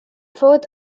fourth